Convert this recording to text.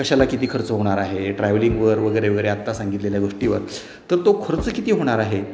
कशाला किती खर्च होणार आहे ट्रॅव्हलिंगवर वगैरे वगेरे आत्ता सांगितलेल्या गोष्टीवर तर तो खर्च किती होणार आहे